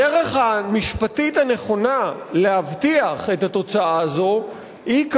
הדרך המשפטית הנכונה להבטיח את התוצאה הזאת היא,